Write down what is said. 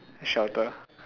shelter